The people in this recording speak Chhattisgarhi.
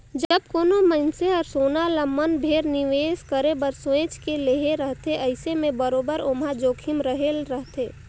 जब कोनो मइनसे हर सोना ल मन भेर निवेस करे बर सोंएच के लेहे रहथे अइसे में बरोबेर ओम्हां जोखिम रहले रहथे